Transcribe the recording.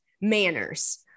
manners